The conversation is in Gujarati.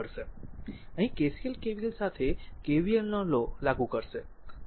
તેથી અહીં KCL KVL સાથે KVL નો લો લાગુ કરશે